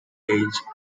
age